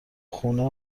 خونه